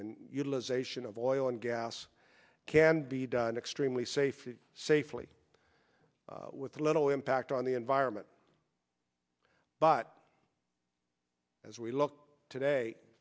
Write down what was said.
and utilization of oil and gas can be done extremely safe and safely with little impact on the environment but as we look today